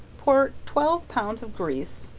pour twelve pounds of grease,